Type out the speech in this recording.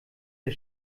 der